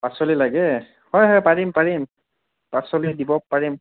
পাচলি লাগে হয় হয় পাৰিম পাৰিম পাচলি দিব পাৰিম